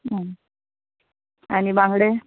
आनी बांगडे